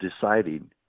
deciding